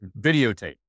videotape